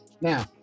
Now